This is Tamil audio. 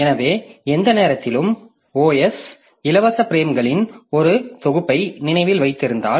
எனவே எந்த நேரத்திலும் OS இலவச பிரேம்களின் ஒரு தொகுப்பை நினைவில் வைத்திருந்தால்